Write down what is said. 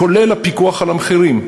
כולל הפיקוח על המחירים,